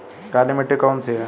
काली मिट्टी कौन सी है?